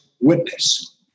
witness